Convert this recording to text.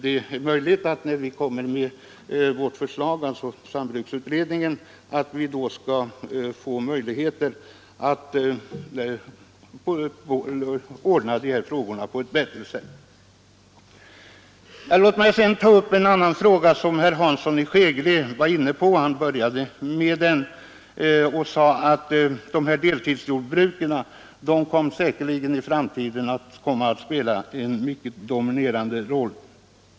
Det är möjligt att vi kan ordna dessa frågor på ett bättre sätt när sambruksutredningen framlagt sitt förslag. Låt mig sedan ta upp den fråga som herr Hansson i Skegrie inledde med. Han sade att deltidsjordbruken i framtiden säkerligen kommer att spela en mycket dominerande roll.